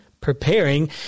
preparing